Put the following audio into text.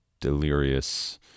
delirious